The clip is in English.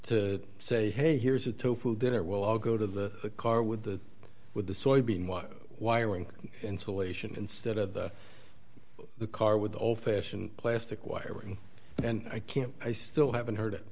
to say hey here's a tofu dinner we'll all go to the car with the with the soybean what wiring insulation instead of the car with the old fashioned plastic wiring and i can't i still haven't heard it